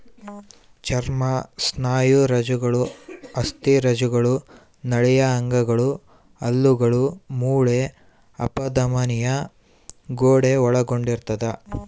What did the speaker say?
ಚರ್ಮ ಸ್ನಾಯುರಜ್ಜುಗಳು ಅಸ್ಥಿರಜ್ಜುಗಳು ನಾಳೀಯ ಅಂಗಗಳು ಹಲ್ಲುಗಳು ಮೂಳೆ ಅಪಧಮನಿಯ ಗೋಡೆ ಒಳಗೊಂಡಿರ್ತದ